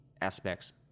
aspects